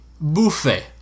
Buffet